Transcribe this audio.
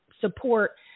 support